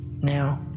Now